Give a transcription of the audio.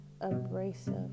abrasive